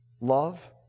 Love